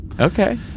Okay